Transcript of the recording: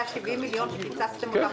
היה 70 מיליון שקיצצתם?